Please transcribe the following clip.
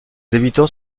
habitants